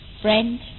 friend